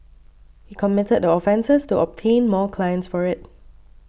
he committed the offences to obtain more clients for it